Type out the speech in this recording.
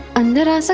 and so